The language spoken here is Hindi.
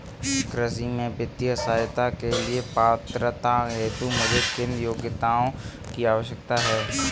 कृषि में वित्तीय सहायता के लिए पात्रता हेतु मुझे किन योग्यताओं की आवश्यकता है?